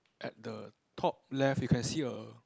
at the top left you can see a